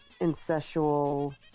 incestual